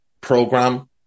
program